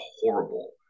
horrible